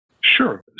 Sure